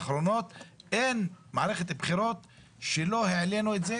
אין מערכת בחירות שלא העלינו את זה,